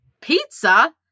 Pizza